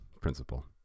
principle